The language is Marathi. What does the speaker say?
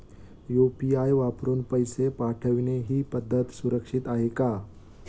यु.पी.आय वापरून पैसे पाठवणे ही पद्धत सुरक्षित आहे का?